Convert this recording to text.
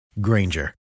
Granger